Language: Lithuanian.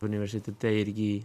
universitete irgi